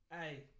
Hey